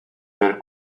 per